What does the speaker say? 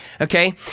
okay